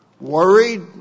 worried